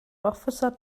officer